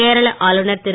கேரள ஆளுனர் திரு